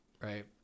right